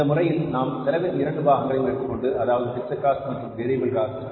இந்த முறையில் நாம் செலவின் 2 பாகங்களையும் எடுத்துக்கொண்டு அதாவது பிக்ஸட் காஸ்ட் மற்றும் வேரியபில் காஸ்ட்